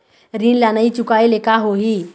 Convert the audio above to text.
ऋण ला नई चुकाए ले का होही?